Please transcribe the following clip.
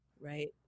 right